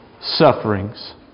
sufferings